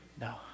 No